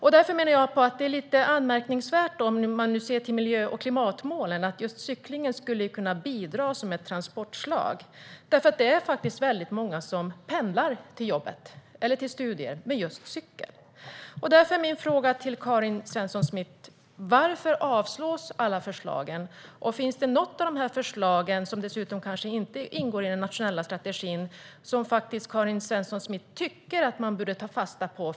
Jag menar att det vore anmärkningsvärt sett till miljö och klimatmålen. Cyklingen skulle ju kunna bidra som ett transportslag, för det är väldigt många som pendlar till jobbet eller till studier med just cykel. Därför är min fråga till Karin Svensson Smith: Varför avslås alla förslagen? Finns det något i förslagen, som kanske inte ingår i den nationella strategin, vilket Karin Svensson Smith tycker att man borde ta fasta på?